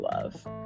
love